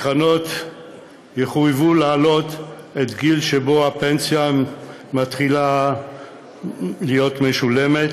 הקרנות יחויבו להעלות את הגיל שבו הפנסיה מתחילה להיות משולמת